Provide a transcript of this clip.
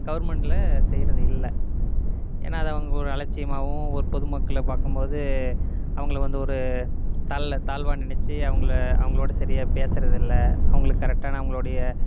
கவுர்மெண்ட்ல செய்கிறது இல்லை ஏன்னா அது அவங்க ஒரு அலட்சியமாகவும் ஒரு பொதுமக்கள்ல பார்க்கும்போது அவங்கள வந்து ஒரு தல்ல தாழ்வாக நினச்சி அவங்கள அவங்களோட சரியாக பேசுறதில்ல அவங்களுக்கு கரெக்டான அவங்களுடைய